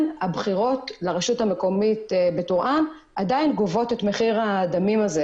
הבחירות לרשות המקומית בטורעאן עדין גובות את מחיר הדמים הזה.